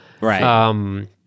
right